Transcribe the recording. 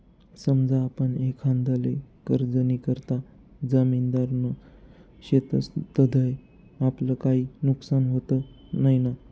समजा आपण एखांदाले कर्जनीकरता जामिनदार शेतस तधय आपलं काई नुकसान व्हत नैना?